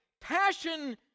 passion